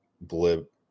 blip